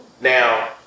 now